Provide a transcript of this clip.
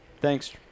Thanks